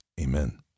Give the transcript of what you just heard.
Amen